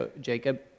Jacob